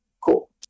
cool